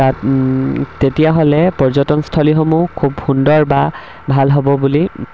তাত তেতিয়াহ'লে পৰ্যটনস্থলীসমূহ খুব সুন্দৰ বা ভাল হ'ব বুলি